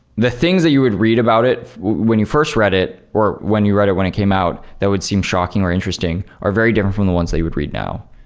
the things that you would read about it when you first read it, or when you read it when it came out that would seem shocking or interesting are very different from the ones that he would read now,